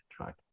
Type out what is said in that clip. right